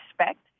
respect